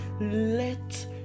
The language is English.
Let